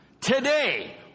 today